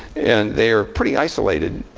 and they are pretty isolated,